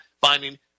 finding